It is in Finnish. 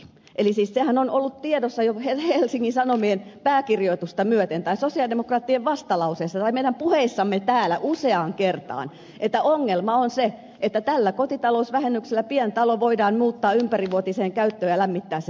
eli siis se ongelmahan on ollut tiedossa jo helsingin sanomien pääkirjoitusta myöten tai sosialidemokraattien vastalauseessa tai meidän puheissamme täällä useaan kertaan että tällä kotitalousvähennyksellä pientalo voidaan muuttaa ympärivuotiseen käyttöön ja lämmittää se sähköllä